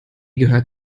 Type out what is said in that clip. gehört